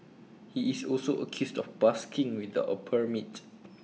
he is also accused of busking without A permit